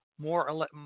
more